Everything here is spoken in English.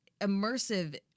immersive